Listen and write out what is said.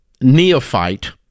neophyte